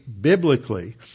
biblically